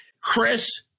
Chris